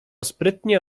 sprytnie